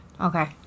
Okay